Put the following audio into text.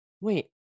Wait